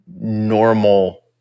normal